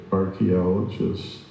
archaeologists